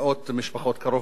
קרוב ל-1,000 בסך הכול,